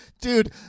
Dude